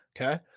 Okay